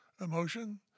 emotion